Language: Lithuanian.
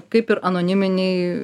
kaip ir anoniminiai